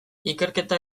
ikerketa